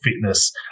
fitness